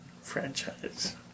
franchise